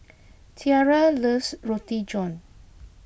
Tiera loves Roti John